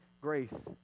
grace